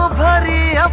body